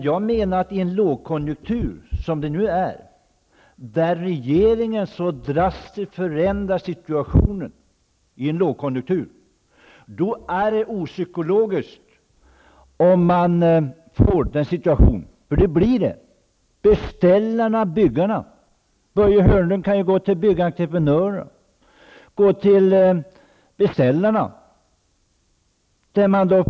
Jag menar att det är opsykologiskt av regeringen att så drastiskt förändra situationen i den lågkonjunktur som det nu är fråga om. Börje Hörnlund kan gå till byggentreprenörerna för att få bekräftelse på detta.